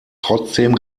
trotzdem